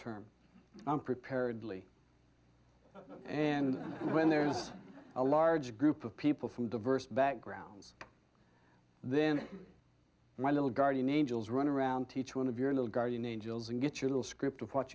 i'm prepared lee and when there's a large group of people from diverse backgrounds then my little guardian angels run around teach one of your little guardian angels and get your little script of what